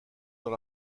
dans